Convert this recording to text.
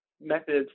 methods